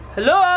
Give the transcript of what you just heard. Hello